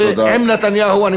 עם נתניהו, תודה.